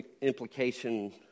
implication